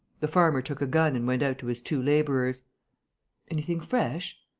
the farmer took a gun and went out to his two labourers anything fresh?